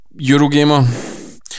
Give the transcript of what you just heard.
Eurogamer